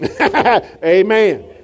Amen